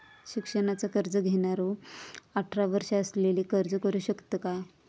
शिक्षणाचा कर्ज घेणारो अठरा वर्ष असलेलो अर्ज करू शकता काय?